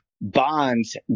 bonds